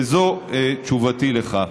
וזו תשובתי לך.